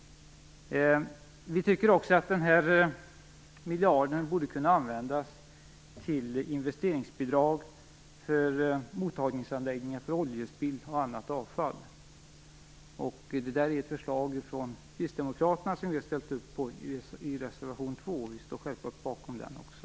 Vi tycker också att den här miljarden borde kunna användas till investeringsbidrag för mottagningsanläggningar för oljespill och annat avfall. Det är ett förslag från Kristdemokraterna som vi har ställt upp på i reservation 2. Vi står självfallet bakom den också.